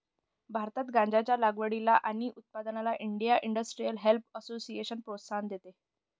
भारतात गांज्याच्या लागवडीला आणि उत्पादनाला इंडिया इंडस्ट्रियल हेम्प असोसिएशन प्रोत्साहन देते